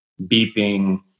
beeping